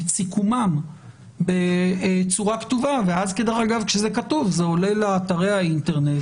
את סיכומם בצורה כתובה ואז כשזה כתוב זה עולה לאתרי האינטרנט,